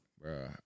bro